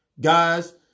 guys